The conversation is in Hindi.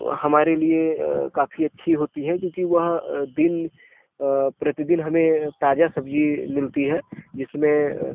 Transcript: हमारे लिए अ काफी अच्छी होती हैं क्योंकि वह दिन अ प्रतिदिन हमें ताजा सब्जी मिलती है जिसमें